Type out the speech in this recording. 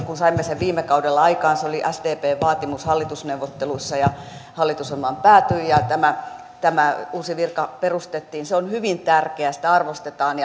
kun saimme sen viime kaudella aikaan se oli sdpn vaatimus hallitusneuvotteluissa ja hallitusohjelmaan päätyi ja tämä tämä uusi virka perustettiin se on hyvin tärkeä sitä arvostetaan